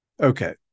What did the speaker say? okay